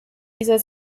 dieser